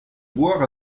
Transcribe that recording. boire